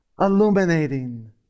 illuminating